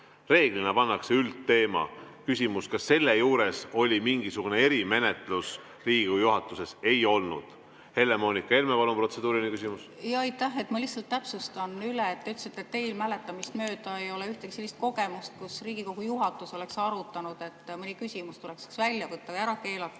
Reeglina pannakse üldteema. Küsimus, kas selle juures oli mingisugune erimenetlus Riigikogu juhatuses – ei olnud. Helle-Moonika Helme, palun, protseduuriline küsimus! Aitäh! Ma lihtsalt täpsustan üle. Te ütlesite, et teie mäletamist mööda ei ole ühtegi sellist kogemust, kus Riigikogu juhatus oleks arutanud, et mõni küsimus tuleks välja võtta või ära keelata.